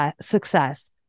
success